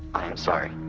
i am sorry,